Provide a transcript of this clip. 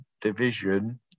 division